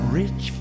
rich